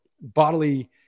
bodily